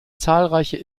zahlreiche